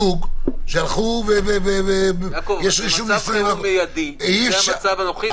יעקב, זה מצב חירום מיידי וזה המצב הנוכחי.